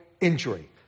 injury